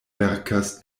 verkas